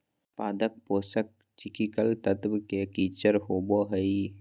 पादप पोषक चिकिकल तत्व के किचर होबो हइ